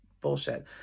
bullshit